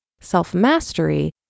self-mastery